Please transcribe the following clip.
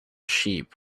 sheep